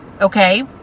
Okay